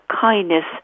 kindness